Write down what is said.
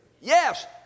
Yes